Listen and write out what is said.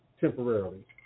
temporarily